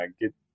get